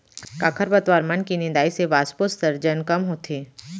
का खरपतवार मन के निंदाई से वाष्पोत्सर्जन कम होथे?